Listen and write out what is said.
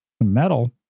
metal